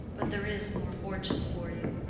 but there is more fortune for you.